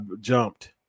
jumped